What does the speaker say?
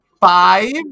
Five